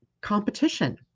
competition